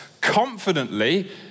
confidently